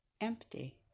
empty